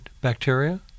bacteria